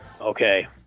Okay